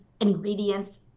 ingredients